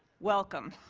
welcome.